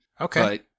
okay